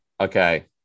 Okay